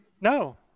No